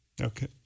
Okay